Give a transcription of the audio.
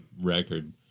record